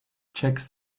checks